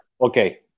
Okay